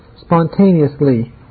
spontaneously